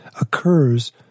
occurs